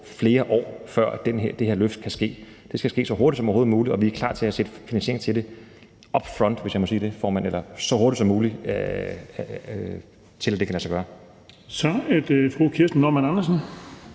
flere år, før det her løft kan ske. Det skal ske så hurtigt som overhovedet muligt, og vi er klar til at sætte finansiering af til det up front, hvis jeg må sige det, formand – eller så hurtigt det kan lade sig gøre. Kl. 10:14 Den fg. formand (Erling